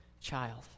child